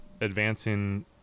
advancing